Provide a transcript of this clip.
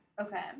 Okay